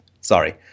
Sorry